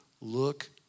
look